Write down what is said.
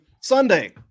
Sunday